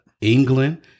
England